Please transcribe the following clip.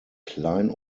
klein